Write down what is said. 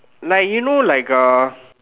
like you know like a